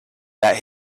that